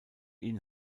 ihn